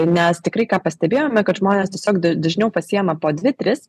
nes tikrai ką pastebėjome kad žmonės tiesiog da dažniau pasiima po dvi tris